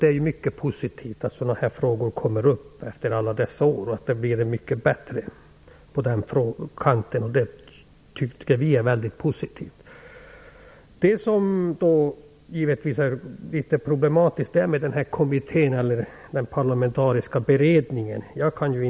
Det är mycket positivt att dessa frågor kommer upp efter alla år, och det har blivit mycket bättre på den kanten. Det som är litet problematiskt är frågan om det skall vara en parlamentarisk beredning eller en kommitté.